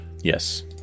Yes